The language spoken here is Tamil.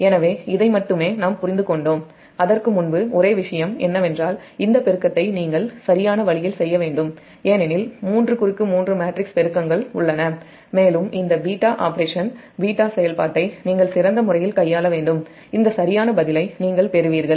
எனவே இதை மட்டுமே நாம் புரிந்து கொண்டோம் அதற்கு முன்பு ஒரே விஷயம் என்னவென்றால் இந்த பெருக்கத்தை நீங்கள் சரியான வழியில் செய்ய வேண்டும் ஏனெனில் 3 க்ராஸ் 3 மேட்ரிக்ஸ் பெருக்கங்கள் உள்ளன மேலும் இந்த β ஆபரேஷன் செயல்பாட்டை நீங்கள் சிறந்த முறையில் கையாள இந்த சரியான பதிலை நீங்கள் பெறுவீர்கள்